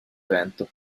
evento